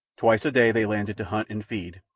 twice a day they landed to hunt and feed,